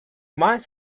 mines